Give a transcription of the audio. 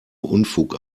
unfug